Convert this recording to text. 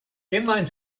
inline